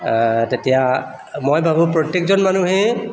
তেতিয়া মই ভাবোঁ প্ৰত্যেকজন মানুহেই